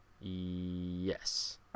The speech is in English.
Yes